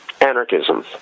anarchism